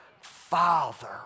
father